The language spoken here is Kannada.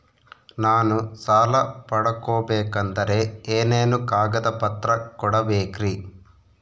ನಾನು ಸಾಲ ಪಡಕೋಬೇಕಂದರೆ ಏನೇನು ಕಾಗದ ಪತ್ರ ಕೋಡಬೇಕ್ರಿ?